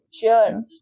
Sure